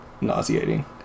nauseating